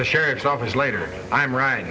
the sheriff's office later i'm right